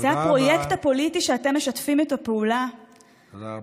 תודה רבה.